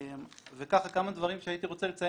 ישנם כמה דברים שהייתי רוצה לציין